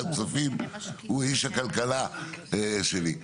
הכספים, הוא איש הכלכלה שלי.